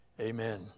amen